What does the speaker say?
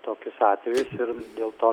tokius atvejus ir dėl to